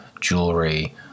jewelry